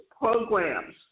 programs